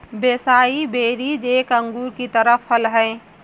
acai berries एक अंगूर की तरह फल हैं